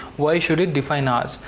why should it define ours?